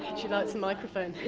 she likes the microphone!